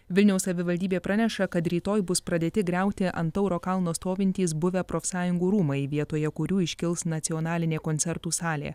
vilniaus savivaldybė praneša kad rytoj bus pradėti griauti ant tauro kalno stovintys buvę profsąjungų rūmai vietoje kurių iškils nacionalinė koncertų salė